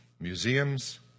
museums